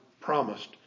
promised